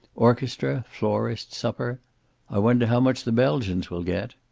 orchestra, florist, supper i wonder how much the belgians will get.